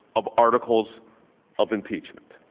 of articles of impeachment